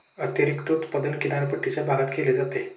अतिरिक्त उत्पादन किनारपट्टीच्या भागात केले जाते